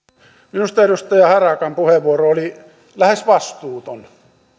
minusta edustaja harakan puheenvuoro oli lähes vastuuton